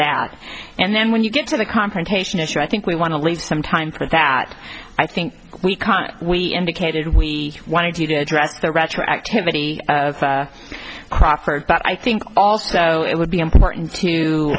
that and then when you get to the confrontation issue i think we want to leave some time for that i think we can we indicated we wanted you to address the retroactivity but i think also it would be important to